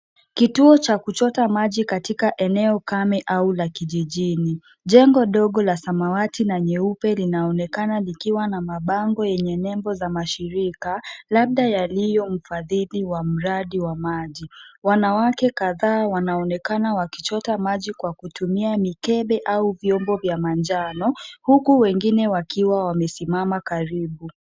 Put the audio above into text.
Kituo cha kuchota maji katika eneo kame au la kijijini. Jengo dogo la samawati na nyeupe linaonekana likiwa na mabango yenye nembo za mashirika labda yaliyo mfadhili wa mradi wa maji. Wanawake kadhaa wanaonekana wakichota maji kwa kutumia mikebe au vyombo vya manjano, huku wengine wakiwa wamesimama karibu.